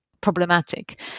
problematic